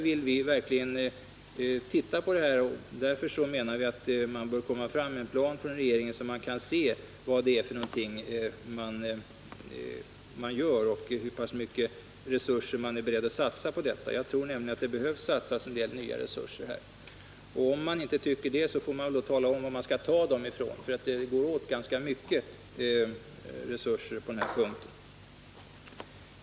Vi menar därför att regeringen bör lägga fram en plan så att man kan se vad man gör och hur stora resurser man är beredd att satsa. Jag tror nämligen att det behöver satsas en del nya resurser. Om regeringen tycker annorlunda får man tala om var medlen skall tas, för det går åt en hel del på den här punkten.